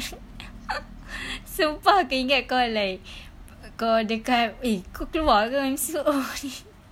sumpah ingat kau like kau dekat eh kau keluar ke M_C_O